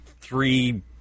three –